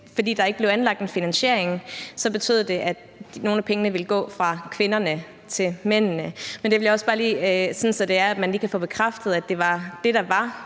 fordi der ikke blev anvist en finansiering, så betød det, at nogle af pengene ville gå fra kvinderne til mændene. Det ville jeg også bare lige sige, sådan at vi kan få bekræftet, at det var sådan, det var